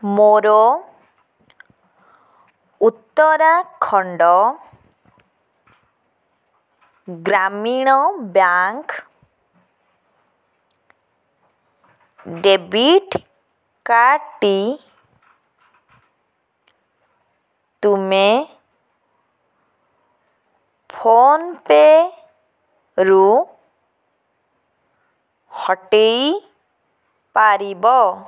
ମୋର Uttarakhand Gramin bank debit କାର୍ଡ଼ଟି ତୁମେ ଫୋନ ପେ'ରୁ ହଟାଇ ପାରିବ